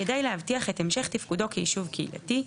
כדי להבטיח את המשך תפקודו כיישוב קהילתי,